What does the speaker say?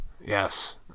Yes